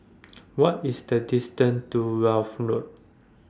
What IS The distance to Wealth Road